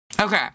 Okay